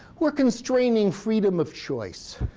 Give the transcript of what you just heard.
we're constraining freedom of choice.